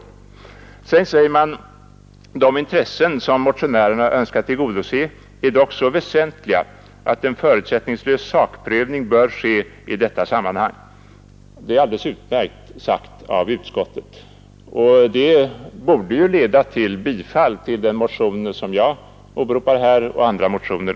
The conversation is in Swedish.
Utskottet fortsätter: ”De intressen som motionärerna önskar tillgodose är dock så väsentliga att en förutsättningslös sakprövning bör ske i detta sammanhang.” Det är ju alldeles utmärkt sagt av utskottet, och det borde också ha lett till ett bifall till den motion jag här talat för och även till bifall av andra motioner.